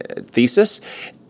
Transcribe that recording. thesis